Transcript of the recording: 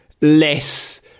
less